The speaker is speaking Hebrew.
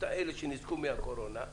אותם אלה שניזוקו מהקורונה,